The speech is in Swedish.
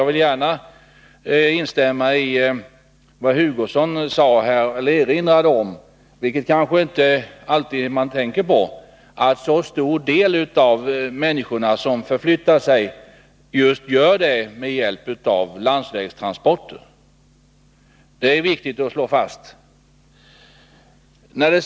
Det är riktigt som Kurt Hugosson sade att människorna till stor del förflyttar sig just med hjälp av landsvägstransporter. Man kanske inte alltid tänker på det.